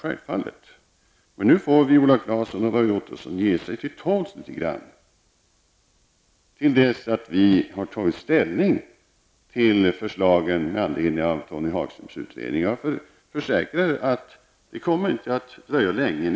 Men nu får Viola Claesson och Roy Ottosson ge sig till tåls litet grand till dess att vi har tagit ställning till förslag som läggs fram med anledning av Tony Hagströms utredning. Jag kan försäkra er om att det inte kommer att dröja länge till dess.